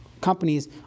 companies